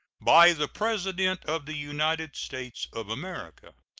by the president of the united states of america.